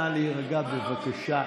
נא להירגע בבקשה.